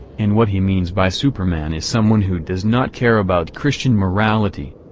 and what he means by superman is someone who does not care about christian morality.